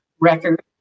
record